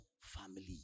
Family